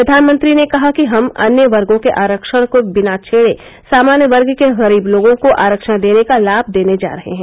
प्रधानमंत्री ने कहा कि हम अन्य वर्गो के आरक्षण को बिना छेड़े सामान्य वर्ग के गरीब लोगों को आरक्षण का लाभ देने जा रहे हैं